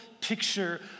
picture